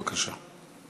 בבקשה.